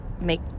make